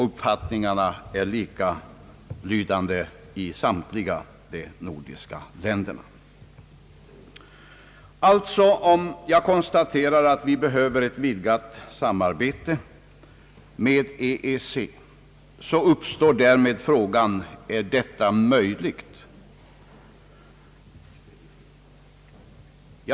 Uppfattningarna är lika i alla de nordiska länderna. Om jag alltså konstaterar att vi behöver ett vidgat samarbete med EEC, uppstår därmed frågan: är detta möjligt?